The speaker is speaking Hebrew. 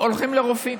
הולכים לרופאים.